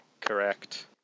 Correct